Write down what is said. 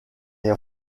est